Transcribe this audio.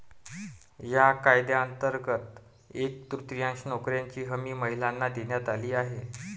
या कायद्यांतर्गत एक तृतीयांश नोकऱ्यांची हमी महिलांना देण्यात आली आहे